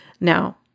Now